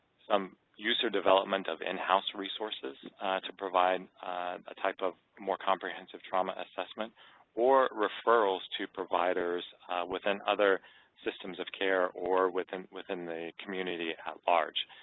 um use or development of in-house resources to provide a type of more comprehensive trauma assessment or referrals to providers within other systems of care or within within the community at large.